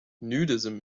nudism